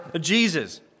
Jesus